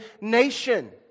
nation